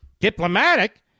Diplomatic